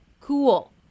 cool